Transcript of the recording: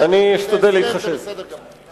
זה בסדר גמור.